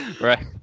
Right